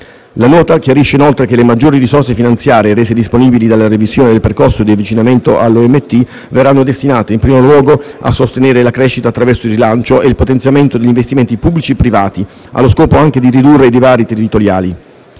La Nota chiarisce inoltre che le maggiori risorse finanziarie rese disponibili dalla revisione del percorso di avvicinamento all'obiettivo di medio termine verranno destinate, in primo luogo, a sostenere la crescita attraverso il rilancio e il potenziamento degli investimenti pubblici e privati, allo scopo anche di ridurre i divari territoriali.